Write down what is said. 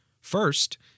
First